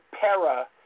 para